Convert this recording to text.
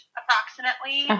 approximately